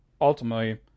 ultimately